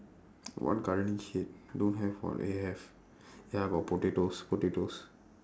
what gardening shit don't have [what] eh have ya got potatoes potatoes